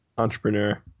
Entrepreneur